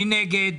מי נגד?